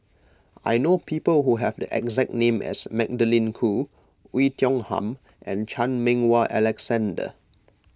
I know people who have the exact name as Magdalene Khoo Oei Tiong Ham and Chan Meng Wah Alexander